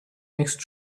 next